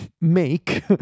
make